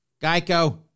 Geico